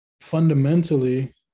Fundamentally